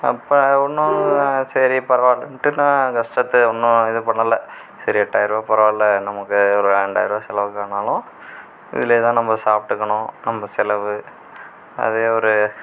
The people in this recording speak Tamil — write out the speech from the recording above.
அப்போ ஒன்றும் சரி பரவால்லைன்ட்டு நான் கஷ்டத்தை ஒன்றும் இது பண்ணலை சரி எட்டாயர ரூபா பரவாயில்ல நமக்கு ஒரு ரெண்டாயர ரூபா செலவுக்கு ஆனாலும் இதிலேயே தான் நம்ம சாப்பிட்டுக்கணும் நம்ம செலவு அதே ஒரு